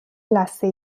لثه